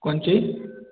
कोन चीज